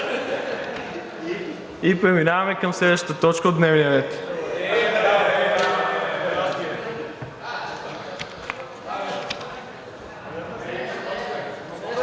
И преминаваме към следващата точка от дневния ред.